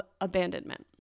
abandonment